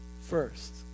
first